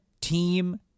team